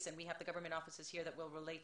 חבר כנסת לשעבר, שלום,